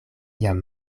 jam